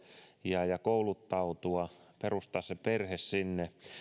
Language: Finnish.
ja ja kouluttautua perustaa se perhe sinne